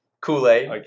Kool-Aid